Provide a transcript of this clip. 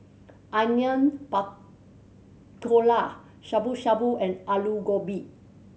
Onion Pakora Shabu Shabu and Alu Gobi